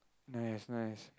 nice nice